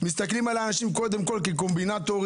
מסתכלים על האנשים קודם כל כקומבינטורים,